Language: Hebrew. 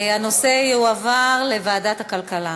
הנושא יועבר לוועדת הכלכלה.